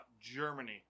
Germany